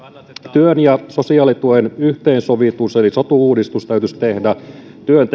työn ja sosiaalituen yhteensovitus eli sotu uudistus täytyisi tehdä työn